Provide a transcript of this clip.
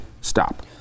stop